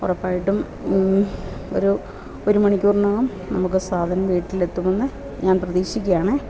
ഉറപ്പായിട്ടും ഒരു ഒരുമണിക്കൂറിനകം നമുക്ക് സാധനം വീട്ടിലെത്തുമെന്ന് ഞാൻ പ്രതീക്ഷിക്കുകയാണേ